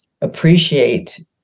appreciate